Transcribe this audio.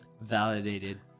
Validated